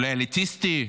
אולי אליטיסטי,